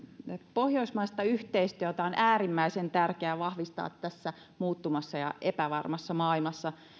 pohjoismaista yhteistyötä on äärimmäisen tärkeää vahvistaa tässä muuttuvassa ja epävarmassa maailmassa